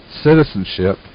citizenship